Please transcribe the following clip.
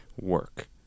work